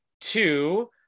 two